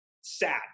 sad